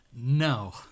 no